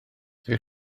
ydych